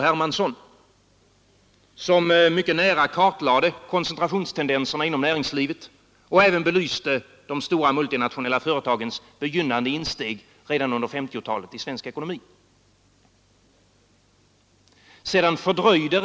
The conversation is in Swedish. Hermansson, där koncentrationstendenserna inom näringslivet kartlades mycket noga och de stora multinationella företagens begynnande insteg i svensk ekonomi redan under 1950-talet belystes.